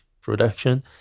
production